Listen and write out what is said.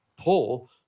pull